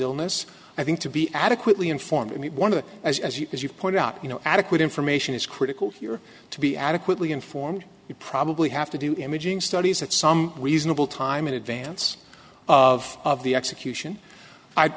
illness i think to be adequately informed and one of the as as you as you point out you know adequate information is critical here to be adequately informed you probably have to do imaging studies at some reasonable time in advance of of the execution i'd